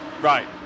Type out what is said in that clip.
right